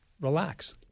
Relax